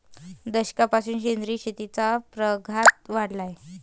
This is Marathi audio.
दशकापासून सेंद्रिय शेतीचा प्रघात वाढला आहे